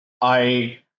I-